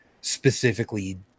specifically